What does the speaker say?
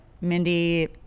mindy